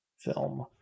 film